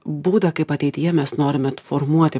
būdą kaip ateityje mes norime formuoti